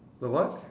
but what